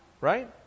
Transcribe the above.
right